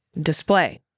display